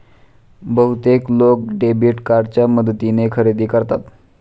बहुतेक लोक डेबिट कार्डच्या मदतीने खरेदी करतात